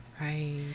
Right